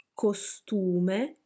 costume